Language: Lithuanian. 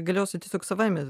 galiausiai tiesiog savaime